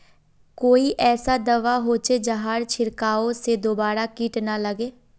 कोई ऐसा दवा होचे जहार छीरकाओ से दोबारा किट ना लगे?